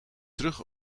terug